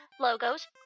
logos